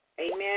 Amen